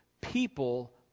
People